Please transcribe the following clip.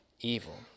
evil